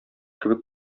кебек